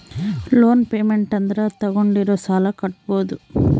loan payment ಅಂದ್ರ ತಾಗೊಂಡಿರೋ ಸಾಲ ಕಟ್ಟೋದು